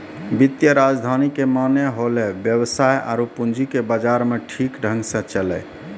वित्तीय राजधानी के माने होलै वेवसाय आरु पूंजी के बाजार मे ठीक ढंग से चलैय